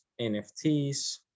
NFTs